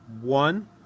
One